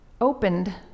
opened